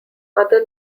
other